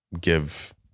give